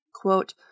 Quote